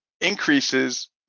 increases